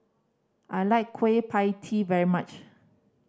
I like Kueh Pie Tee very much